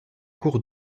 cours